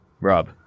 Rob